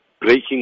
breaking